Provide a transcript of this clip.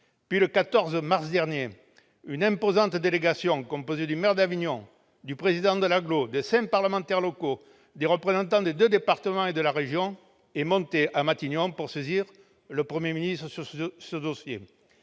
Puis, le 14 mars dernier, une imposante délégation composée du maire d'Avignon, du président de l'agglomération, des cinq parlementaires locaux, ainsi que des représentants des deux départements et de la région s'est rendue à Matignon pour saisir le Premier ministre de ce dossier.